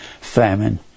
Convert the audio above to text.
famine